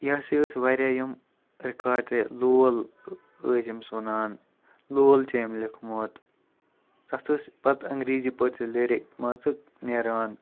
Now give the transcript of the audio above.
یہِ ہَسا ٲسۍ واریاہ یِم رِکاڈ تہِ لول ٲسۍ أمِس وَنان لول چھِ أمۍ لیوٚکھمُت تَتھ ٲسۍ پَتہٕ انٛگریٖزی پٲٹھۍ تہِ لرِکس مان ژٕ نیران